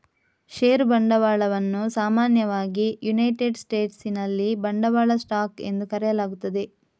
ಷೇರು ಬಂಡವಾಳವನ್ನು ಸಾಮಾನ್ಯವಾಗಿ ಯುನೈಟೆಡ್ ಸ್ಟೇಟ್ಸಿನಲ್ಲಿ ಬಂಡವಾಳ ಸ್ಟಾಕ್ ಎಂದು ಕರೆಯಲಾಗುತ್ತದೆ